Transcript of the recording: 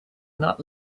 not